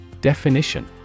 Definition